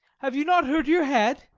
have you not hurt your head?